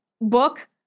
book